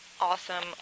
awesome